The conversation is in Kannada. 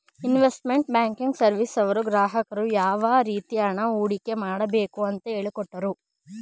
ಇನ್ವೆಸ್ಟ್ಮೆಂಟ್ ಬ್ಯಾಂಕಿಂಗ್ ಸರ್ವಿಸ್ನವರು ಗ್ರಾಹಕರಿಗೆ ಯಾವ ರೀತಿ ಹಣ ಹೂಡಿಕೆ ಮಾಡಬೇಕು ಅಂತ ಹೇಳಿಕೊಟ್ಟರು